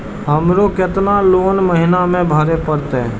हमरो केतना लोन महीना में भरे परतें?